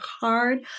hard